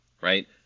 right